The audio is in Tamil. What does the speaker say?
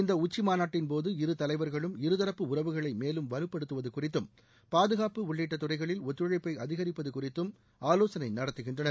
இந்த உச்சிமாநாட்டின்போது இரு தலைவர்களும் இருதரப்பு உறவுகளை மேலும் வலுப்படுத்துவது குறித்தும் பாதுகாப்பு உள்ளிட்ட துறைகளில் ஒத்துழைப்பை அதிகரிப்பது குறித்தும் ஆலோசனை நடத்துகின்றனர்